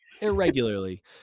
irregularly